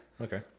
Okay